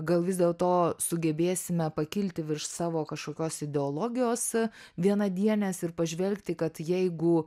gal vis dėlto sugebėsime pakilti virš savo kažkokios ideologijos vienadienės ir pažvelgti kad jeigu